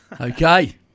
Okay